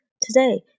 Today